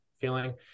feeling